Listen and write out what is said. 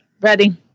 Ready